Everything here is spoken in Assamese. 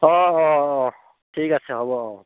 অ' অ' অ' ঠিক আছে হ'ব অ'